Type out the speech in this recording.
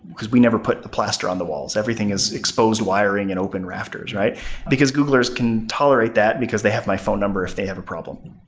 because we never put the plaster on the walls. everything is exposed wiring and open rafters. because googlers can tolerate that because they have my phone number if they have a problem.